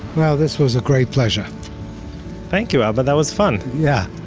well this was a great pleasure thank you, abba. that was fun! yeah.